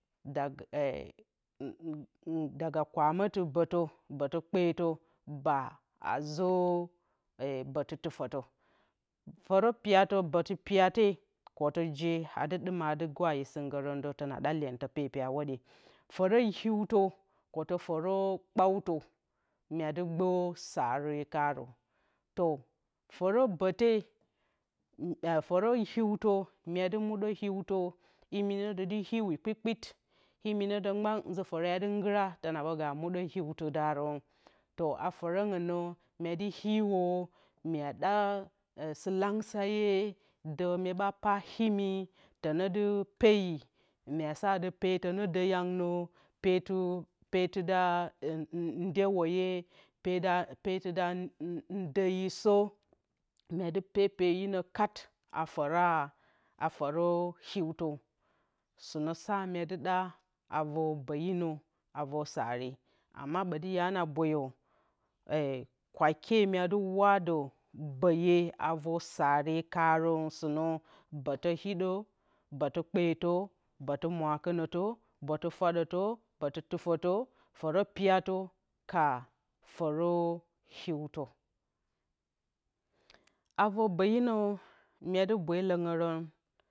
Daga kwamǝtǝ bǝtǝ bǝtǝ peto ba zǝ bǝtɨ tufǝtǝ fǝrǝ piyatǝ batu piyate kǝtɨ ite jee adɨ gwadǝ yǝ sɨngǝrǝndǝ tɨnaɗa lyentǝ pepe a whodye. fǝrǝ hiutǝ kǝtǝ fǝra kpautǝ myedɨ gbǝ saare karǝ to fǝrǝ bǝte fǝrǝ bǝte fǝrǝ hiutǝ yedɨ muɗǝ hiutǝ imi ne dǝ dɨ hiuwi kpitkpit imi ǝdǝ mgban nzǝ fǝre adɨ ngɨra tɨna ɓǝ ga muɗǝ hiutǝ daro, to a fǝrǝngɨn nǝ myedɨ hiuwlu myeɗa sǝlangsǝye ǝ myeɓa imi tǝnǝ dɨ peyi myesadɨ adɨ petǝ nǝ dǝ yangnǝ petɨda ndewǝye. petɨ da ndeyisǝ myedɨ pepeyinǝ kat a fǝra a fǝrǝ hiutǝ sɨna sa myedɨ ɗa avǝr bǝyinǝ avǝr saare amma mgban ɓoti hye na boyǝ kwakye myedɨ wadǝ bǝye avǝr saare kaarǝn su nǝ bǝti hiɗo. bǝtɨ kpeyǝtǝ, bǝtɨ mwakɨnǝtǝ. bǝtɨ fwadǝtǝ bǝtɨ tufǝtǝ fǝrǝ piyatǝ ka fǝrǝ hiutǝ avǝr bǝyinǝ myedɨ bwe le anǝngǝrǝn